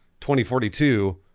2042